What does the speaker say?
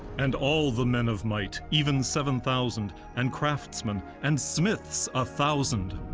and all the men of might, even seven thousand and craftsmen and smiths a thousand,